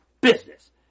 business